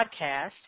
podcast